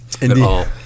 Indeed